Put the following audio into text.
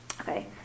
Okay